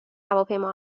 هواپیما